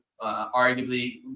arguably